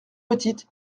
petite